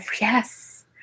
yes